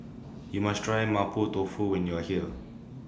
YOU must Try Mapo Tofu when YOU Are here